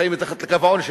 חיים מתחת לקו העוני.